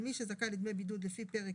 כל מי שזכאי לדמי בידוד לפי פרק